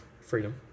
freedom